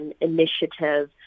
initiative